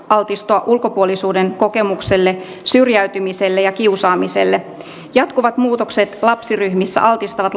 altistua ulkopuolisuuden kokemukselle syrjäytymiselle ja kiusaamiselle jatkuvat muutokset lapsiryhmissä altistavat